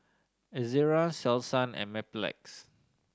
Ezerra Selsun and Mepilex